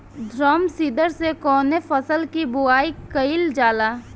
Drum seeder से कवने फसल कि बुआई कयील जाला?